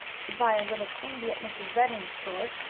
to buy a little candy at mrs. redden's store,